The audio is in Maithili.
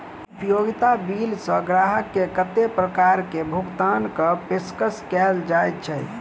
उपयोगिता बिल सऽ ग्राहक केँ कत्ते प्रकार केँ भुगतान कऽ पेशकश कैल जाय छै?